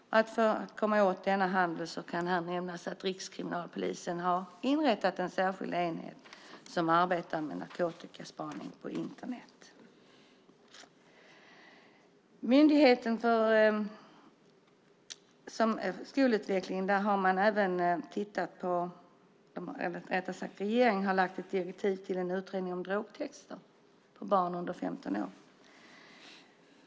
I arbetet med att komma åt denna handel kan här nämnas att Rikskriminalpolisen har inrättat en särskild enhet som arbetar med narkotikaspaning på Internet. Regeringen har lagt fram direktiv till en utredning av drogtester på barn under 15 år.